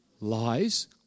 Lies